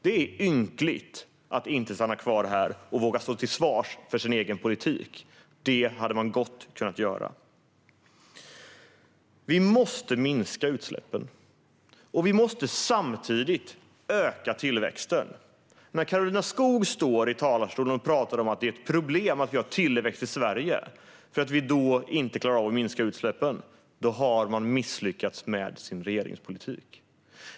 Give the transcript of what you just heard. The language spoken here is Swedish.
Det är ynkligt att inte stanna kvar och stå till svars för sin egen politik. Det hade hon gott kunnat göra. Vi måste minska utsläppen. Vi måste samtidigt öka tillväxten. När Karolina Skog i talarstolen säger att det är ett problem att vi har tillväxt i Sverige eftersom vi då inte klarar att minska utsläppen har regeringen misslyckats med sin politik.